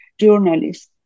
Journalists